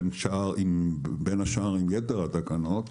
בין השאר עם יתר התקנות,